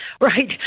Right